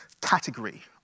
category